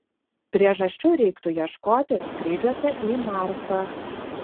priežasčių reiktų ieškoti skrydžiuose į marsą